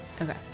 Okay